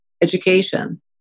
education